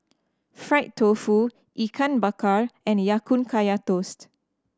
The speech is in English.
fried tofu Ikan Bakar and Ya Kun Kaya Toast